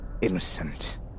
innocent